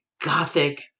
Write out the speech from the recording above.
gothic